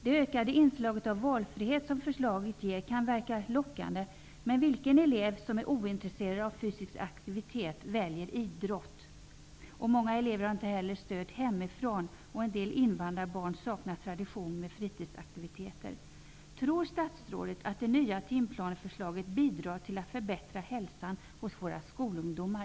Det ökade inslaget av valfrihet som föreslås kan verka lockande, men vilken elev som är ointresserad av fysisk aktivitet väljer idrott? Många elever har inte heller stöd hemifrån, och en del invandrarbarn saknar tradition med fritidsaktiviteter.